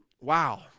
Wow